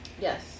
Yes